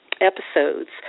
episodes